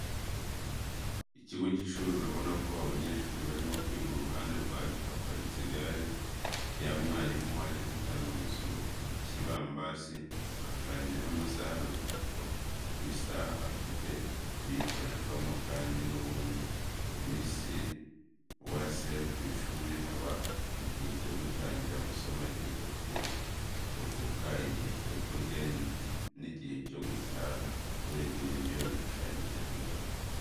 Ikigo k'ishuri urabona ko abanyeshuri barimo kwiga iruhande rwacyo haparitse igare rya mwarimu waje gutanga amaso ku kibambasi hashushanyijeho amasaha bivuze ko buri saha ifite ibiyikorerwamo kandi n'ubundi mumunsi wase kwishuri haba igihe cyo gutangira amasomo, igihe cyokuruhuka, gihe cyo kurya nighe cyogutaha urebye nibyo bishushanyije aha.